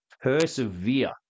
persevere